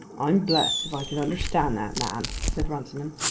i'm blessed if i can understand that man, said runciman.